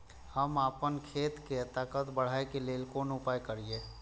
हम आपन खेत के ताकत बढ़ाय के लेल कोन उपाय करिए?